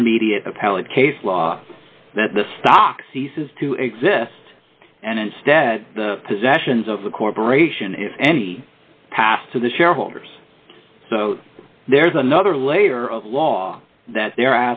intermediate appellate case law that the stock ceases to exist and instead the possessions of the corporation is any path to the shareholders so there is another layer of law that they